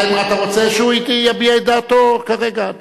אתה רוצה שהוא יביע את דעתו כרגע?